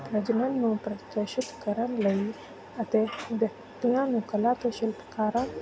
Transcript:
ਪ੍ਰਦਰਸ਼ਿਤ ਕਰਨ ਲਈ ਅਤੇ ਵਿਅਕਤੀਆਂ ਨੂੰ ਕਲਾ ਅਤੇ ਸ਼ਿਲਪਕਾਰਾਂ